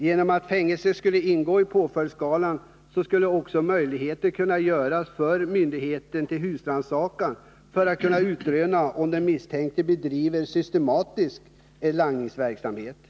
Genom att fängelse skulle ingå i påföljdsskalan skulle också möjligheter öppnas för myndigheterna att göra husrannsakan för att utröna om den misstänkte bedriver systematisk langningsverksamhet.